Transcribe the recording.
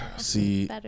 See